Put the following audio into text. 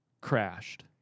crashed